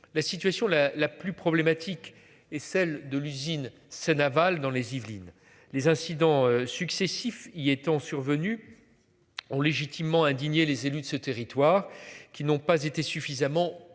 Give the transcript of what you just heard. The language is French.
la situation la la plus problématique et celle de l'usine Seine Aval dans les Yvelines. Les incidents successifs y étant survenue. Ont légitimement indignés les élus de ce territoire qui n'ont pas été suffisamment